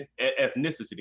ethnicity